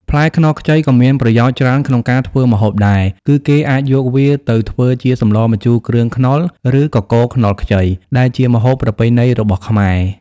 ផ្លែខ្នុរខ្ចីក៏មានប្រយោជន៍ច្រើនក្នុងការធ្វើម្ហូបដែរ គឺគេអាចយកវាទៅធ្វើជា សម្លម្ជូរគ្រឿងខ្នុរ ឬ កកូរខ្នុរខ្ចី ដែលជាម្ហូបប្រពៃណីរបស់ខ្មែរ។